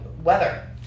weather